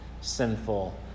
sinful